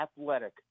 athletic